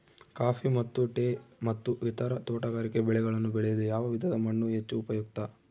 Coffee ಮತ್ತು tea ಮತ್ತು ಇತರ ತೋಟಗಾರಿಕೆ ಬೆಳೆಗಳನ್ನು ಬೆಳೆಯಲು ಯಾವ ವಿಧದ ಮಣ್ಣು ಹೆಚ್ಚು ಉಪಯುಕ್ತ?